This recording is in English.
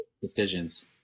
decisions